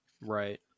Right